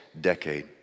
decade